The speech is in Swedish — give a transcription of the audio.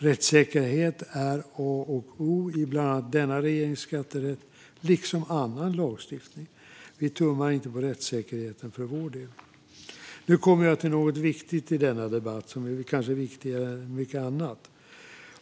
Rättssäkerhet är A och O i bland annat denna regerings skatterätt liksom i annan lagstiftning. Vi tummar inte på rättssäkerheten för vår del. Nu kommer jag till något viktigt i denna debatt, och som kanske är viktigare än mycket annat.